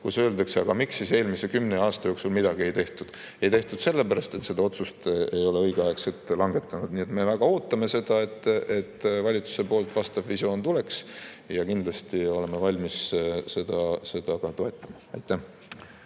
kus [küsitakse], miks siis eelmise kümne aasta jooksul midagi ei tehtud. Ei tehtud sellepärast, et seda otsust ei langetatud õigeaegselt. Me väga ootame seda, et valitsuse poolt vastav visioon tuleks, ja kindlasti oleme valmis seda ka toetama. Aitäh!